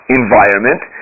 environment